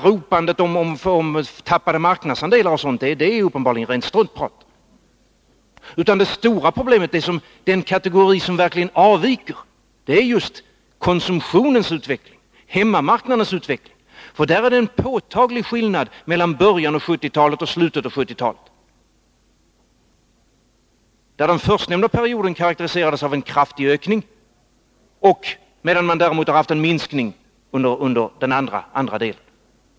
Ropandet om tappade marknadsandelar och sådant är uppenbarligen rent struntprat. Det stora problemet — den kategori som verkligen avviker — är just konsumtionens utveckling och hemmamarknadens utveckling. Där är det en påtaglig skillnad mellan början av 70-talet och slutet av 70-talet. Den förstnämnda perioden karakteriseras av en kraftig ökning, medan man däremot haft en minskning under den andra delen.